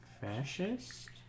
Fascist